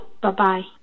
Bye-bye